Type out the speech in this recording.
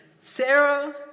Sarah